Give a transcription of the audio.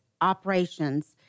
operations